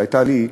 שהייתה לי,